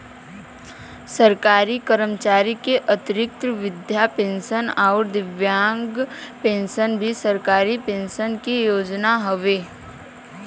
सरकारी कर्मचारी क अतिरिक्त वृद्धा पेंशन आउर दिव्यांग पेंशन भी सरकारी पेंशन क योजना हउवे